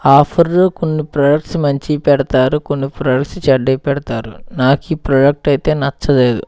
ఆఫర్లో కొన్ని ప్రొడక్ట్స్ మంచియి పెడతారు కొన్ని ప్రొడక్ట్స్ చెడ్డయి పెడతారు నాకు ఈ ప్రోడక్ట్ అయితే నచ్చలేదు